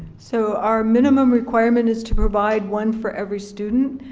so, our minimum requirement is to provide one for every student.